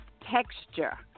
texture